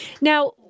now